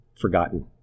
forgotten